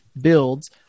builds